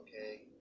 okay